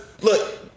look